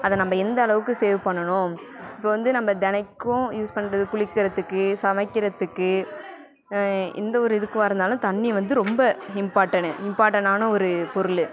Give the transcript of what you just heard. அதை நம்ப எந்தளவுக்கு சேவ் பண்ணணும் இப்போ வந்து நம்ப தினைக்கும் யூஸ் பண்ணுறது குளிக்கிறத்துக்கு சமைக்கிறத்துக்கு எந்த ஒரு இதுக்கு இருந்தாலும் தண்ணி வந்து ரொம்ப இம்பார்ட்டனு இம்பார்ட்டனான ஒரு பொருள்